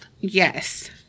Yes